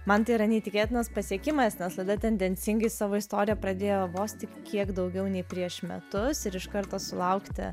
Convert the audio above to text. man tai yra neįtikėtinas pasiekimas nes laida tendencingai savo istoriją pradėjo vos tik kiek daugiau nei prieš metus ir iš karto sulaukti